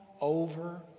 over